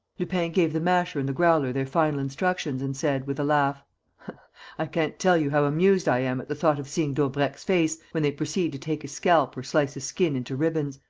lupin gave the masher and the growler their final instructions and said, with a laugh i can't tell you how amused i am at the thought of seeing daubrecq's face when they proceed to take his scalp or slice his skin into ribbons.